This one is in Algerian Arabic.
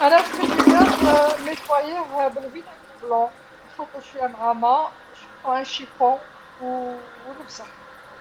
أنا الثلاجة نيتواييه بالخل الأبيض، نخلطو شويه مع ما، آخذ قطعة قماش ونمسح، هكذا.